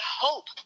hope